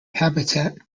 habitat